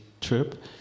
trip